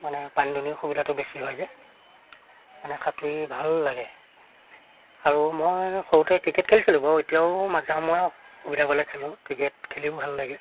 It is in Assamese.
মানে পানী দুনীও সুবিধাটো বেছি হয় যে মানে সাঁতুৰি ভাল লাগে আৰু মই সৰুতে ক্ৰিকেট খেলিছিলোঁ বাৰু এতিয়াও মাজে সময়ে সুবিধা পালে খেলোঁ ক্ৰিকেট খেলিও ভাল লাগে